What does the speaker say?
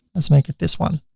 let's make it this one.